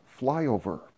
flyover